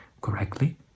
correctly